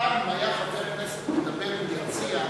פעם אם היה חבר כנסת מדבר עם יציע העיתונות,